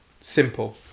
Simple